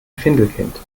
findelkind